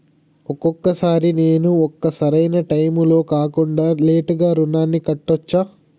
ఒక్కొక సారి నేను ఒక సరైనా టైంలో కాకుండా లేటుగా రుణాన్ని కట్టచ్చా?